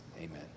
amen